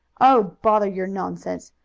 oh, bother your nonsense!